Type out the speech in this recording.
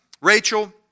Rachel